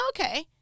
Okay